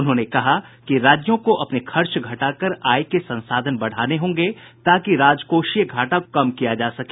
उन्होंने कहा कि राज्यों को अपने खर्च घटाकर आय के संसाधन बढ़ाने होंगे ताकि राजकोषीय घाटा को कम किया जा सके